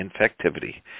infectivity